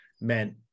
meant